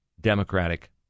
Democratic